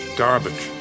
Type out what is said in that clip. garbage